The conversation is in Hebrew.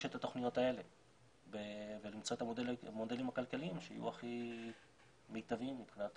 את התוכניות האלה ולמצוא את המודלים הכלכליים שיהיו הכי מיטביים מבחינת